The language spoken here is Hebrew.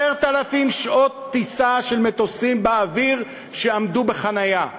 10,000 שעות טיסה של מטוסים באוויר, שעמדו בחניה,